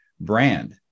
brand